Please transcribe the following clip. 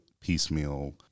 piecemeal